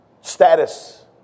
Status